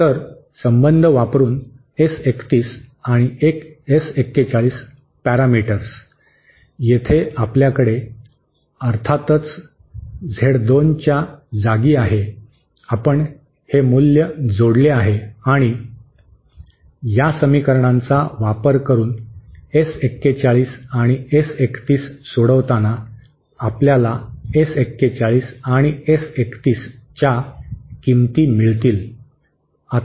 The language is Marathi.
तर संबंध वापरून एस 31 आणि एस 41 पॅरामीटर्स येथे आपल्याकडे अर्थातच झेड 2 च्या जागी आहे आपण हे मूल्य जोडले आहे आणि या समीकरणांचा वापर करून एस 41 आणि एस 31 सोडवताना आपल्याला एस 41 आणि एस 31 च्या किंमती मिळतील